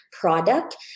product